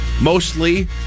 mostly